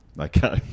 Okay